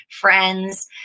friends